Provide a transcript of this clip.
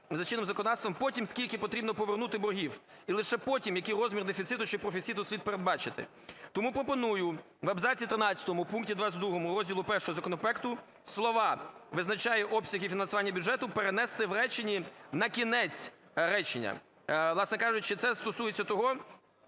за чинним законодавством, потім – скільки потрібно повернути боргів і лише потім – який розмір дефіциту чи профіциту слід передбачити. Тому пропоную в абзаці 13 пункті 22 розділу І законопроекту слова "визначає обсяги фінансування бюджету" перенести в реченні на кінець речення. Власне кажучи, це стосується того,